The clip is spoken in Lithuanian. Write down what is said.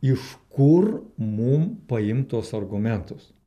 iš kur mum paimt tuos argumentus